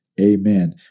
Amen